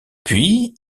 puis